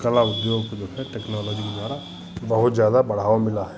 कला उद्योग को जो है टेक्नोलॉजी के द्वारा बहुत ज़्यादा बढ़ावा मिला है